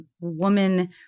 woman